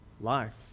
life